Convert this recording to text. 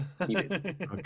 Okay